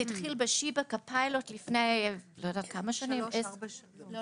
זה התחיל בשיבא כפיילוט לפני עשר שנים.